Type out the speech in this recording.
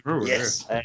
yes